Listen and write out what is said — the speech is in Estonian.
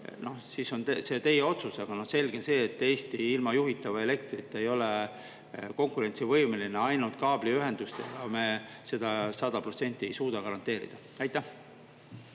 siis on see teie otsus, aga selge on see, et Eesti ilma juhitava elektrita ei ole konkurentsivõimeline. Ainult kaabliühendustega me seda sada protsenti ei suuda garanteerida. Aitäh!